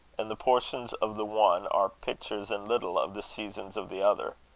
and the portions of the one are pictures in little of the seasons of the other.